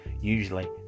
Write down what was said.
usually